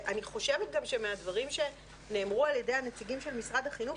ואני חושבת גם שמהדברים שנאמרו על ידי הנציגים של משרד החינוך,